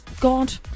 god